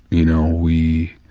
you know we,